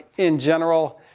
in general.